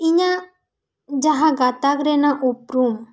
ᱤᱧᱟᱹᱜ ᱡᱟᱦᱟᱸ ᱜᱟᱛᱟᱠ ᱨᱮᱱᱟᱜ ᱩᱯᱩᱨᱩᱢ